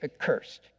accursed